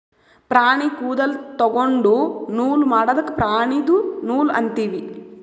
ಪ್ರಾಣಿ ಕೂದಲ ತೊಗೊಂಡು ನೂಲ್ ಮಾಡದ್ಕ್ ಪ್ರಾಣಿದು ನೂಲ್ ಅಂತೀವಿ